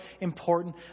important